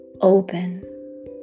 open